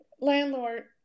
landlord